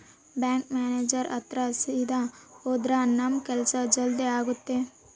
bank manager ಹತ್ರ ಸೀದಾ ಹೋದ್ರ ನಮ್ ಕೆಲ್ಸ ಜಲ್ದಿ ಆಗುತ್ತೆ